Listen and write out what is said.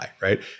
right